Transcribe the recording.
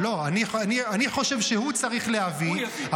לא, אני חושב שהוא צריך להביא.